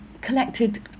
collected